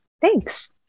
Thanks